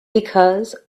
because